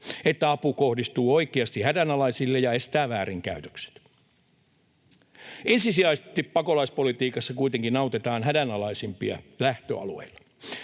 että apu kohdistuu oikeasti hädänalaisille ja estää väärinkäytökset. Ensisijaisesti pakolaispolitiikassa kuitenkin autetaan hädänalaisimpia lähtöalueilla.